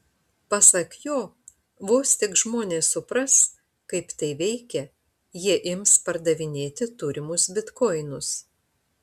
pasak jo vos tik žmonės supras kaip tai veikia jie ims pardavinėti turimus bitkoinus